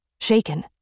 shaken